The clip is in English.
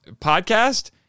podcast